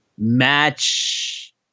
match